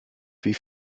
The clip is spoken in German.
wie